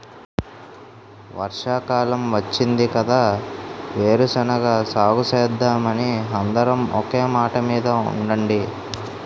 వర్షాకాలం వచ్చింది కదా వేరుశెనగ సాగుసేద్దామని అందరం ఒకే మాటమీద ఉండండి